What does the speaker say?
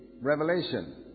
revelation